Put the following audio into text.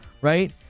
right